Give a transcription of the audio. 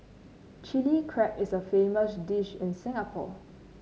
Chilli Crab is a famous dish in Singapore